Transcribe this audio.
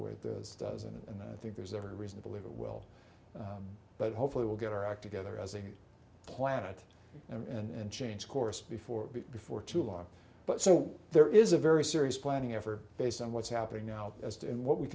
the way this does and i think there's every reason to believe it will but hopefully we'll get our act together as a planet and change course before it before too long but so there is a very serious planning effort based on what's happening now as to what we